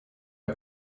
est